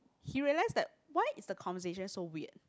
he realised that why is the conversation so weird